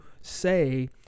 say